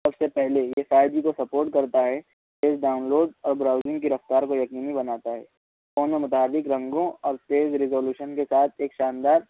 سب سے پہلے یہ فائیو جی کو سپورٹ کرتا ہے پھر ڈاؤنلوڈ اور براؤزنگ کی رفتار کو یقینی بناتا ہے فون میں متعدد رنگوں اور تیز ریزولیوشن کے ساتھ ایک شاندار